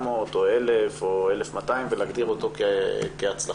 או 1,000 או 1,200 ולהגדיר אותו כהצלחה.